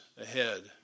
ahead